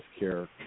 healthcare